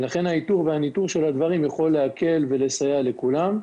לכן האיתור והניטור של הדברים יכול להקל ולסייע לכולם.